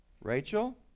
Rachel